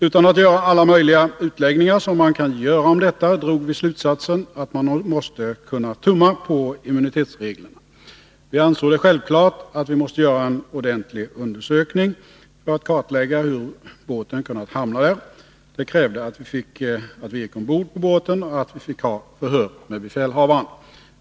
Utan att göra alla möjliga utläggningar som man kan göra om detta drog vi slutsatsen att man måste kunna tumma på immunitetsreglerna. Vi ansåg det självklart att vi måste göra en ordentlig undersökning för att kartlägga hur båten kunnat hamna där. Det krävde att vi gick ombord på båten och att vi fick ha förhör med befälhavaren.